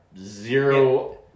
zero